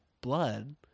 blood